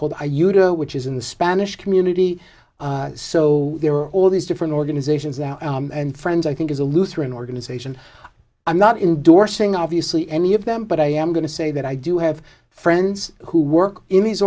youth which is in the spanish community so there are all these different organizations out and friends i think is a lutheran organization i'm not indorsing obviously any of them but i am going to say that i do have friends who work in these